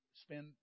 spend